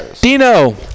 Dino